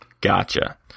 Gotcha